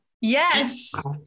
Yes